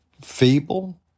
feeble